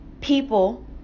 people